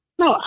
No